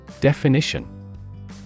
Definition